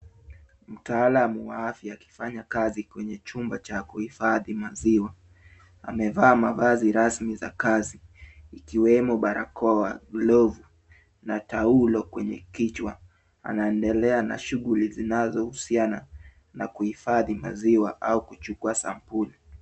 Mtaalam wa afya akifanya kazi kwenye chumba cha kuhifadhi maziwa, amevaa mavazi rasmi za kikazi ikiwemo barakoa, glovu na taulo kwenye kichwa, anaendelea na shughuli zinazohusiana na kuhifadhi maziwa ua kuchukua sampuli.